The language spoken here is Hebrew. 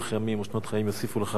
אורך ימים ושנות חיים יוסיפו לך,